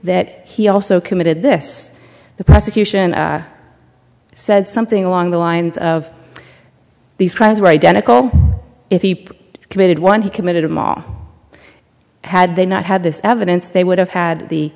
that he also committed this the prosecution said something along the lines of these crimes were identical if he committed one he committed a ma had they not had this evidence they would have had the